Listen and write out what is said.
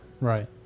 Right